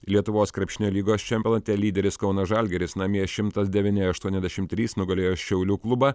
lietuvos krepšinio lygos čempionate lyderis kauno žalgiris namie šimtas devyni aštuoniasdešim trys nugalėjo šiaulių klubą